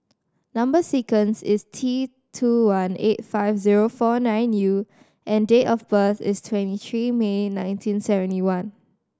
number sequence is T two one eight five zero four nine U and date of birth is twenty three May nineteen seventy one